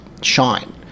shine